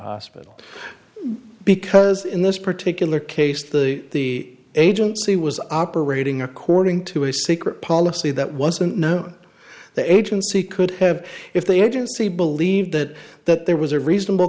hospital because in this particular case the agency was operating according to a secret policy that wasn't known the agency could have if the agency believed that that there was a reasonable